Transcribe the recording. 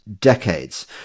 decades